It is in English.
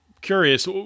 curious